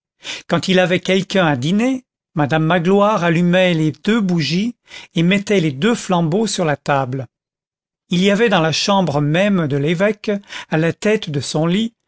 quand il avait quelqu'un à dîner madame magloire allumait les deux bougies et mettait les deux flambeaux sur la table il y avait dans la chambre même de l'évêque à la tête de son lit